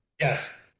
Yes